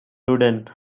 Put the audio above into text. ludden